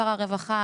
שר הרווחה,